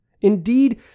Indeed